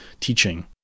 teaching